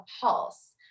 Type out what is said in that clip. pulse